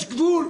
יש גבול.